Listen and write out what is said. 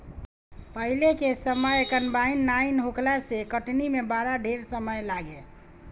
पहिले के समय कंबाइन नाइ होखला से कटनी में बड़ा ढेर समय लागे